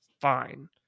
fine